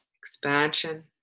Expansion